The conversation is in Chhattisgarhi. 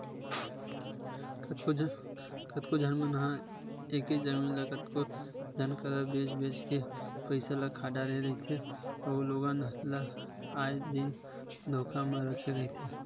कतको झन मन ह एके जमीन ल कतको झन करा बेंच बेंच के पइसा ल खा डरे रहिथे अउ लोगन ल आए दिन धोखा म रखे रहिथे